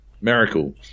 miracle